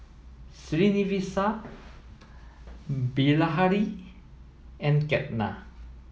Srinivasa Bilahari and Ketna